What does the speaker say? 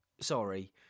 Sorry